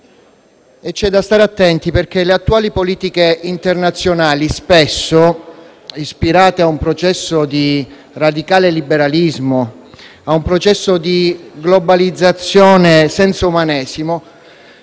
però da stare attenti, perché le attuali politiche internazionali, spesso ispirate a un processo di radicale liberalismo e di globalizzazione senza umanesimo,